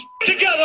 together